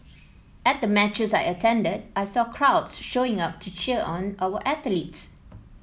at the matches I attended I saw crowds showing up to cheer on our athletes